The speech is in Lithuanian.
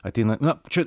ateina na čia